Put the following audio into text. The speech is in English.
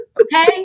okay